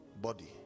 body